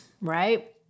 right